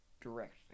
directly